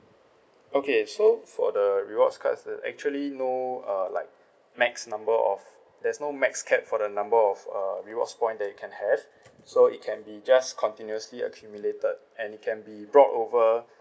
okay so for the rewards cards that actually no uh like max number of there's no max cap for the number of uh rewards point that you can have so it can be just continuously accumulated and it can be brought over